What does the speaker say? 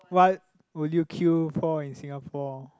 what will you queue for in Singapore